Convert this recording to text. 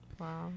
Wow